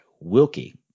Wilkie